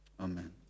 Amen